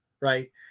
Right